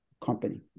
company